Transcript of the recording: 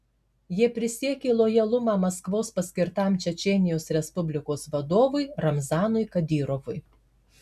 jie prisiekė lojalumą maskvos paskirtam čečėnijos respublikos vadovui ramzanui kadyrovui